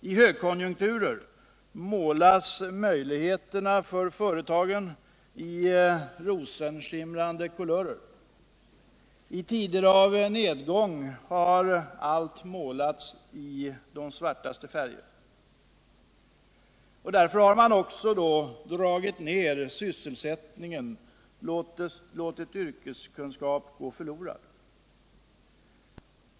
I högkonjunkturer målas möjligheterna för företagen i rosenskimrande kulörer. I tider av nedgång har allt målats i de svartaste färger. Därför har man också dragit ned sysselsättningen då, låtit yrkeskunskap gå förlorad.